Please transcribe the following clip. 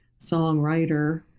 songwriter